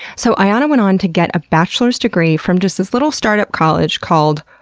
so, ayana went on to get a bachelor's degree from this this little startup college called